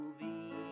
movie